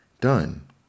Done